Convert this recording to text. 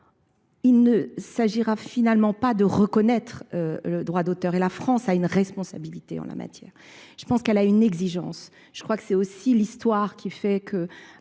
il ne s'agira finalement pas de reconnaître le droit d'auteur. Et la France a une responsabilité en la matière. Je pense qu'elle a une exigence. Je crois que c'est aussi l'histoire qui fait qu'à